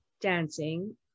dancing